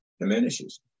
diminishes